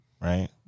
right